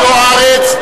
הורידו מסים.